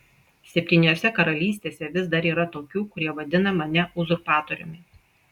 septyniose karalystėse vis dar yra tokių kurie vadina mane uzurpatoriumi